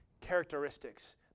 characteristics